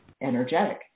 energetic